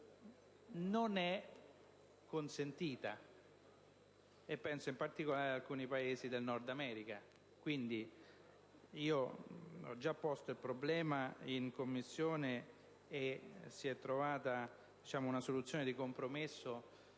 non è consentita: penso in particolare ad alcuni Paesi del Nord-America. Ho già posto il problema in Commissione, e si è trovata una soluzione di compromesso,